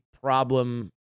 problem